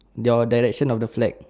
your direction of the flag